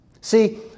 see